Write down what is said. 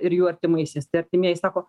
ir jų artimaisiais tie artimieji sako